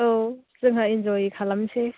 औ जोंहा इन्ज'य खालामनोसै